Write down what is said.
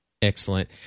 Excellent